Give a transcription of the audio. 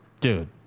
Dude